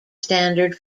standard